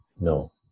no